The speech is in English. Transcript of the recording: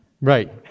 Right